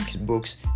books